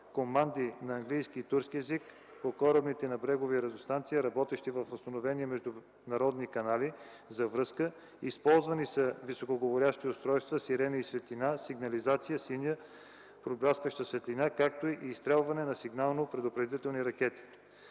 команди на английски и турски език по корабните и на брегови радиостанции, работещи във възстановени международни канали за връзка, използвани са високоговорящи устройства – сирени, и светлина, сигнализация – синя пробляскваща светлина, както и изстрелване на сигнално-предупредителни ракети.